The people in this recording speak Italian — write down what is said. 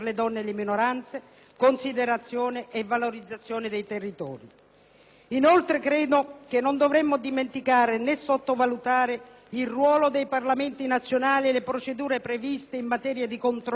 Inoltre, credo non dovremmo dimenticare, né sottovalutare il ruolo dei Parlamenti nazionali e le procedure previste in materia di controllo dell'applicazione dei principi di sussidiarietà e proporzionalità.